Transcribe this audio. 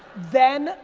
then,